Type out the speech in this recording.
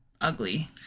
ugly